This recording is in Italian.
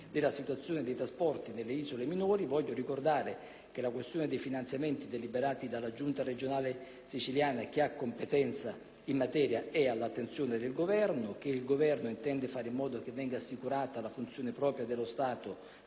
D'Alia, dei trasporti nelle isole minori, voglio ricordare che la questione dei finanziamenti deliberati dalla Giunta regionale siciliana, che ha competenza in materia, è all'attenzione del Governo e che esso intende fare in modo che venga assicurata la funzione propria dello Stato